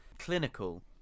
clinical